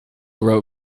wrote